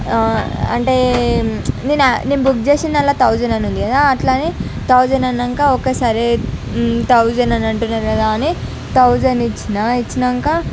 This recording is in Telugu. అంటే నేను నేను బుక్ చేసిన దానిలో థౌసండ్ అని ఉంది కదా అట్లనే థౌసండ్ అన్నాక ఓకే సరే థౌసండ్ అని అంటున్నారు కదా అని థౌసండ్ ఇచ్చిన ఇచ్చినాక